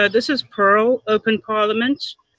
ah this is pearl, open parliament,